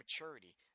maturity